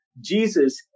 Jesus